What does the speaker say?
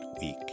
week